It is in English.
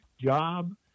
job